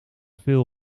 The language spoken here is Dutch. veel